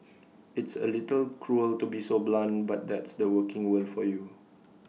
it's A little cruel to be so blunt but that's the working world for you